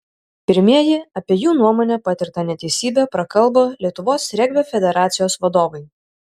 pirmieji apie jų nuomone patirtą neteisybę prakalbo lietuvos regbio federacijos vadovai